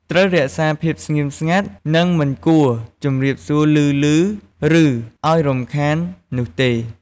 ត្រូវរក្សាភាពស្ងៀមស្ងាត់ និងមិនគួរជម្រាបសួរឮៗ ឬអោយរំខាននោះទេ។